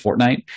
Fortnite